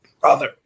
brother